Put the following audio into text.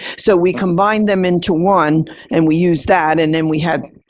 so we combine them into one and we use that and then we had,